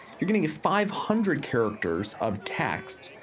you're gonna get five hundred characters of text.